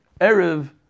Erev